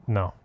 no